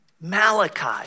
Malachi